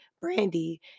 brandy